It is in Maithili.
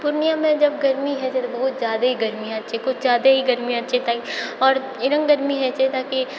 पूर्णियाँमे जब गर्मी हेतै तऽ बहुत ज्यादे गर्मी होइ छै कुछ ज्यादा ही गर्मी होइ छै आओर एहनो गर्मी होइ छै ताकि